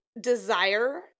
desire